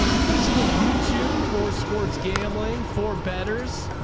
physically youtube for sports gambling for betters.